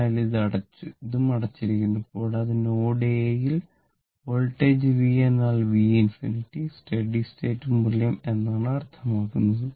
അതിനാൽ ഇത് അടച്ചു ഇതും അടച്ചിരിക്കുന്നു കൂടാതെ നോഡ് A ൽ വോൾട്ടേജ് v എന്നാൽ v ∞ സ്റ്റഡി സ്റ്റേറ്റ് മൂല്യം എന്നാണ് അർത്ഥമാക്കുന്നത്